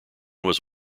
was